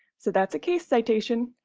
so that's a case citation.